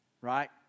right